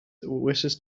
wishes